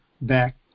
back